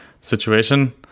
situation